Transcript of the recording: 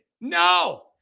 No